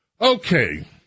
Okay